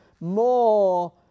more